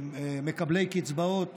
מקבלי קצבאות